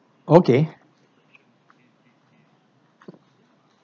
okay